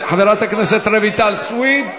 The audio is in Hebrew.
חברת הכנסת רויטל סויד,